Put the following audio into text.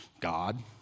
God